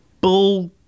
bull